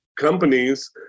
companies